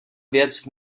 věc